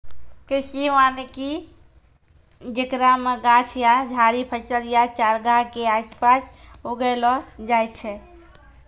कृषि वानिकी जेकरा मे गाछ या झाड़ि फसल या चारगाह के आसपास उगैलो जाय छै